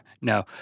No